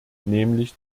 nämlich